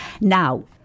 Now